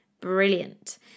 brilliant